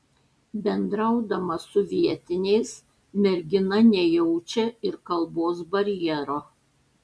bendraudama su vietiniais mergina nejaučia ir kalbos barjero